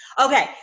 Okay